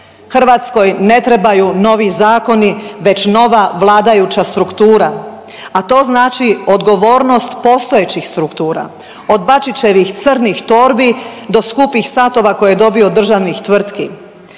Hrvatskoj ne trebaju novi zakoni već nova vladajuća struktura, a to znači odgovornost postojećih struktura, od Bačićevih crnih torbi do skupih satova koje je dobio od državnih tvrtki